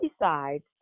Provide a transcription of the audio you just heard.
decides